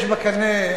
יש בקנה,